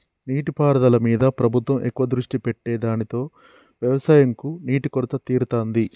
నీటి పారుదల మీద ప్రభుత్వం ఎక్కువ దృష్టి పెట్టె దానితో వ్యవసం కు నీటి కొరత తీరుతాంది